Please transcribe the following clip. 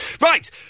Right